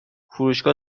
فروشگاه